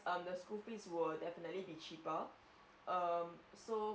um so the school fees will definitely be cheaper um so